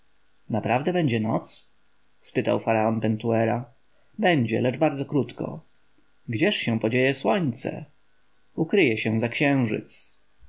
naprawdę będzie noc spytał faraon pentuera będzie lecz bardzo krótko gdzież się podzieje słońce ukryje się za księżyc